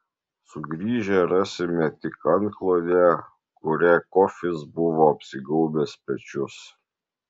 sugrįžę rasime tik antklodę kuria kofis buvo apsigaubęs pečius